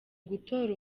gutora